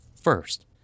First